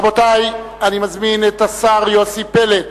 רבותי, אני מזמין את השר יוסי פלד,